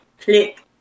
Click